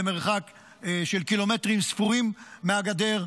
במרחק של קילומטרים ספורים מהגדר,